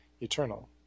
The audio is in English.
eternal